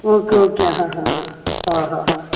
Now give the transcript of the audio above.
okay okay हां हां हां हय हय हय